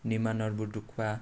Nima Norbu Dukpa